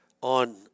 on